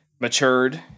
matured